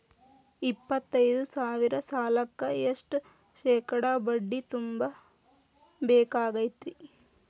ಎಪ್ಪತ್ತೈದು ಸಾವಿರ ಸಾಲಕ್ಕ ಎಷ್ಟ ಶೇಕಡಾ ಬಡ್ಡಿ ತುಂಬ ಬೇಕಾಕ್ತೈತ್ರಿ?